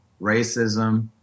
racism